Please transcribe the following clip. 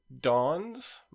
dawns